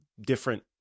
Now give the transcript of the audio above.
different